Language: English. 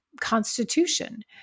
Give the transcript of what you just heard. constitution